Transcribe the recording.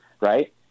right